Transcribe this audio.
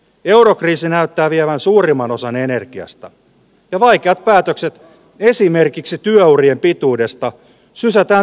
eurokriisi näyttää vievän suurimman osan energiasta ja vaikeat päätökset esimerkiksi työurien pituudesta sysätään